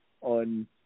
on